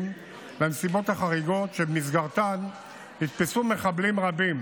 בנסיבות החריגות שבמסגרתן נתפסו מחבלים רבים